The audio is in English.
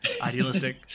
idealistic